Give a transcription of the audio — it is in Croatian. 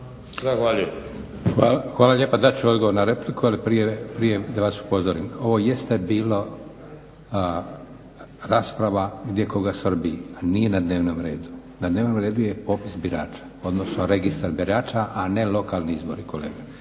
(SDP)** Hvala lijepa. Dat ću odgovor na repliku, ali prije da vas upozorim. Ovo jeste bilo rasprava gdje koga svrbi, a nije na dnevnom redu, na dnevnom redu je popis birača, odnosno registar birača, a ne lokalni izbori kolega.